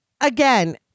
again